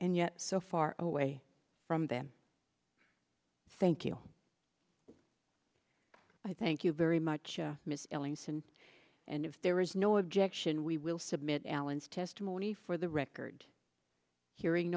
and yet so far away from them thank you i thank you very much ms ellingson and if there is no objection we will submit alan's testimony for the record hearing